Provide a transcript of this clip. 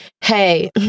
hey